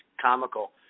comical